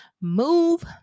move